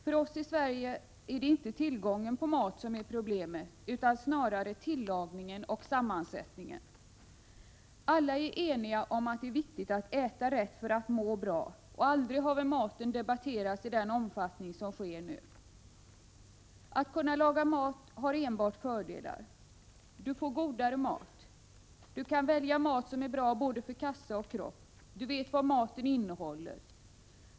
För oss här i Sverige är det inte tillgången på mat som är problemet, utan snarare tillagningen och sammmansättningen. Alla är eniga om att det är viktigt att äta rätt för att må bra, och aldrig har väl maten debatterats i den omfattning som nu sker. Att kunna laga mat har enbart fördelar: Du får godare mat. Du kan välja mat som är bra för både kassa och kropp. Du vet vad maten innehåller.